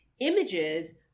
images